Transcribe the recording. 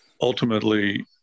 ultimately –